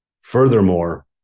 Furthermore